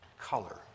color